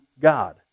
God